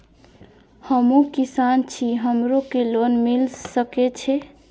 हमू किसान छी हमरो के लोन मिल सके छे?